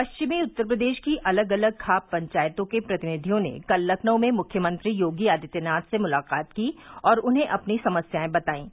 पश्चिमी उत्तर प्रदेश की अलग अलग खाप पंचायतों के प्रतिनिधियों ने कल लखनऊ में मुख्यमंत्री योगी आदित्यनाथ से मुलाकात की और उन्हें अपनी समस्याए बतायीं